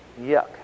Yuck